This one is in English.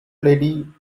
lady